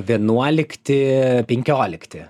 vienuolikti penkiolikti